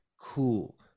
cool